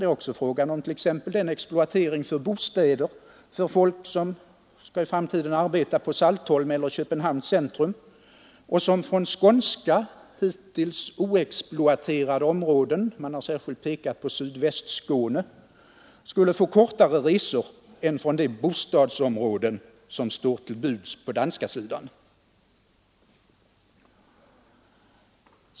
Det är också fråga om en exploatering för bostäder till folk som i framtiden skall arbeta på Saltholm eller i Köpenhamns centrum och från skånska hittills oexploaterade områden — man har särskilt pekat på Sydvästskåne — skulle få kortare resor än från de bostadsområden som står till buds på danska sidan.